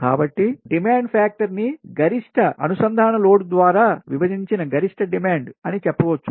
కాబట్టి డిమాండ్ ఫ్యాక్టర్ని గరిష్ట అనుసంధాన లోడ్ ద్వారా విభజించిన గరిష్ట డిమాండ్ అని చెప్పవచ్చును